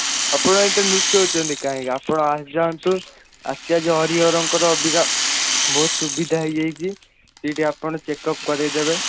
ଆପଣ ଏମିତି ଲୁଚାଉଛନ୍ତି କାହିଁକି ଆପଣ ଆସି ଯାଆନ୍ତୁ ଆଚାର୍ଯ୍ୟ ହରିହରଙ୍କର ଅଧିକା ବହୁତ ସୁବିଧା ହୋଇଯାଇଛି ଏଇଠି ଆପଣ ଚେକଅପ୍ କରାଇଦେବେ